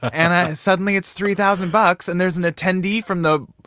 and suddenly it's three thousand bucks, and there's an attendee from the.